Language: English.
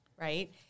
right